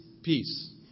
Peace